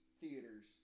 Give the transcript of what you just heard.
theaters